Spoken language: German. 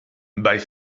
bei